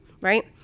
right